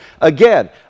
Again